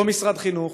אותו משרד חינוך,